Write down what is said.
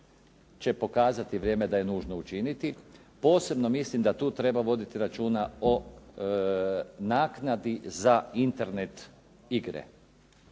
će pokazati vrijeme da je nužno učiniti, posebno mislim da tu treba voditi računa o naknadi za internet igre.